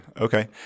Okay